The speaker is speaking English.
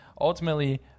ultimately